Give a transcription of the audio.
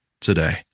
today